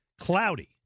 cloudy